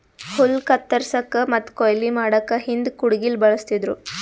ಹುಲ್ಲ್ ಕತ್ತರಸಕ್ಕ್ ಮತ್ತ್ ಕೊಯ್ಲಿ ಮಾಡಕ್ಕ್ ಹಿಂದ್ ಕುಡ್ಗಿಲ್ ಬಳಸ್ತಿದ್ರು